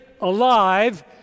alive